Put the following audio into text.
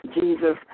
Jesus